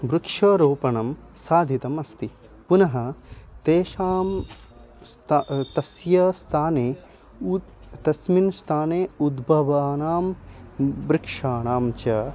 वृक्षारोपणं साधितम् अस्ति पुनः तेषां स्त तस्य स्थाने उत् तस्मिन् स्थाने उद्भवानां वृक्षाणां च